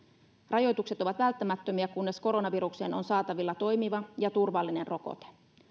rajoitukset ovat välttämättömiä kunnes koronavirukseen on saatavilla toimiva ja turvallinen rokote